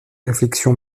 réflexions